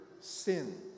sin